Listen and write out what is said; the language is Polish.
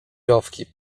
rowki